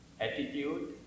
attitude